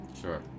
Sure